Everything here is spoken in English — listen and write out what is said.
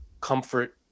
comfort